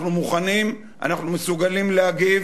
אנחנו יכולים, אנחנו מסוגלים להגיב,